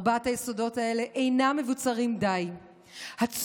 ארבעת היסודות האלה אינה מבוצרים די הצורך,